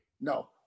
No